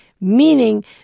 meaning